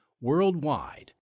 worldwide